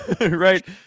Right